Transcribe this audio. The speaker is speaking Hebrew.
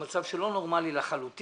הוא מצב לא נורמלי לחלוטין.